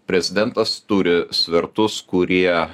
prezidentas turi svertus kurie